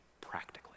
practically